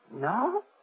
No